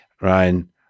Ryan